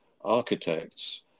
architects